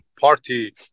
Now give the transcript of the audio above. party